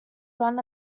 run